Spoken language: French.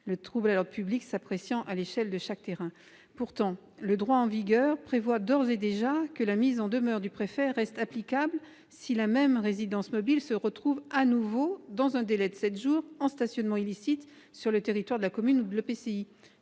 le trouble à l'ordre public s'appréciant à l'échelle de chaque terrain. Pourtant, le droit en vigueur prévoit d'ores et déjà que la mise en demeure du préfet reste applicable ... Absolument !... si la même résidence mobile se retrouve de nouveau, dans un délai de sept jours, en stationnement illicite sur le territoire de la commune ou de l'EPCI.